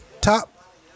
top